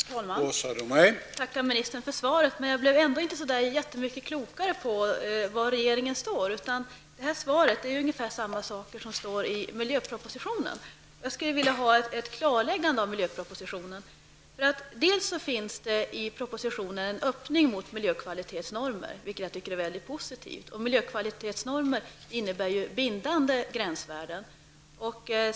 Herr talman! Jag tackar ministern för svaret. Jag blev ändå inte så mycket klokare på var regeringen står. Det står ungefär samma saker i miljöpropositionen som i svaret. Jag skulle vilja ha ett klarläggande av miljöpropositionen. Det finns i propositionen en öppning mot miljökvalitetsnormer, vilket jag tycker är positivt. Miljökvalitetsnormer innebär bindande gränsvärden.